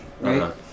right